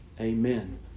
Amen